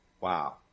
Wow